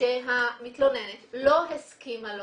שהמתלוננת לא הסכימה לא